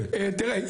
תראה,